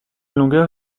longueur